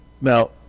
Now